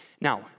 Now